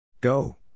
Go